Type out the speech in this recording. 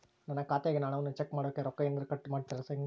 ನನ್ನ ಖಾತೆಯಾಗಿನ ಹಣವನ್ನು ಚೆಕ್ ಮಾಡೋಕೆ ರೊಕ್ಕ ಏನಾದರೂ ಕಟ್ ಮಾಡುತ್ತೇರಾ ಹೆಂಗೆ?